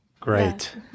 Great